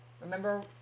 Remember